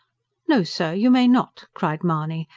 no, sir, you may not! cried mahony,